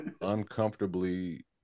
uncomfortably